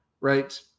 right